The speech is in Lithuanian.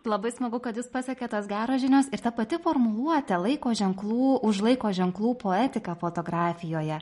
labai smagu kad jus pasiekė tos geros žinios ir ta pati formuluotė laiko ženklų už laiko ženklų poetiką fotografijoje